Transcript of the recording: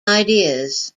ideas